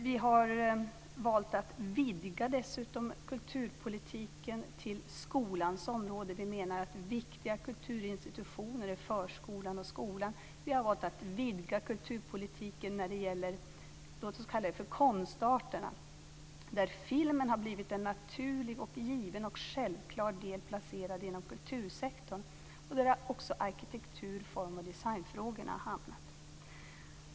Vi har dessutom valt att vidga kulturpolitiken till skolans område. Vi menar att viktiga kulturinstitutioner är förskolan och skolan. Vi har valt att vidga kulturpolitiken när det gäller låt oss kalla det för konstarterna, där filmen har blivit en naturlig, given och självklar del placerad inom kultursektorn, och där har också arkitektur-, form och designfrågorna hamnat.